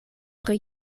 pri